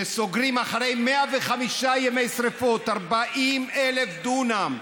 שאחרי 105 ימי שרפות, 40,000 דונם,